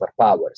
superpowers